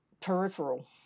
peripheral